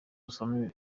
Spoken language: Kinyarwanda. usome